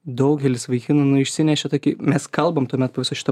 daugelis vaikinų nu išsinešė tokį mes kalbam tuomet po viso šito